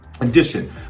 edition